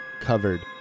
covered